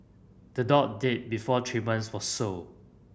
the dog died before treatments was sought